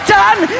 done